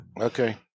Okay